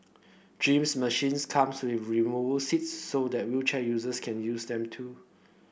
gym machines come with removable seats so that wheelchair users can use them too